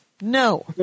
No